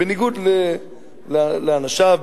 בניגוד לאנשיו,